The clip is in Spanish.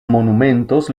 monumentos